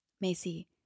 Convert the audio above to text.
Macy